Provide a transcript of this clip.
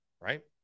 right